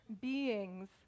beings